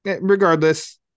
Regardless